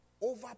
over